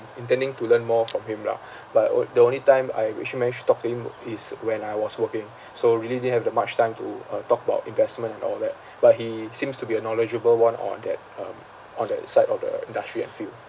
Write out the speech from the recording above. intending to learn more from him lah but o~ the only time I which I managed to talk to him is when I was working so really didn't have the much time to uh talk about investment and all that but he seems to be a knowledgeable one on that um on that side of the industry and field